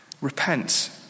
Repent